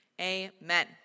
Amen